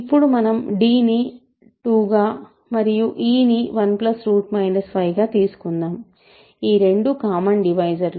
ఇప్పుడు మనం d ని 2 గా మరియు e ని 1 5 గా తీసుకుందాం ఈ రెండూ కామన్ డివైజర్ లు